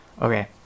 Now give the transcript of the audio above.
okay